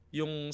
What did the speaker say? yung